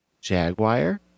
Jaguar